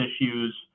issues